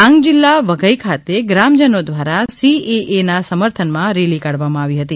ડાંગ જિલ્લા વઘઇ ખાતે ગ્રામજનો દ્વારા સી એએ ના સમર્થન માં રેલી કાઢવા માં આવી હતી